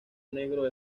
negro